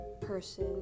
person